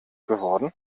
geworden